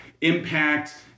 impact